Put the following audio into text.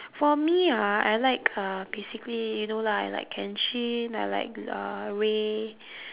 for me ah I like uh basically you know lah I like kenshin I like uh ray